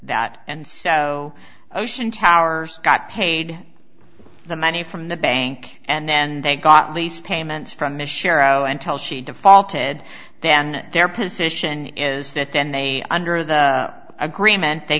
that and so ocean towers got paid the money from the bank and then they got lease payments from miss shero until she defaulted then their position is that then they under the agreement they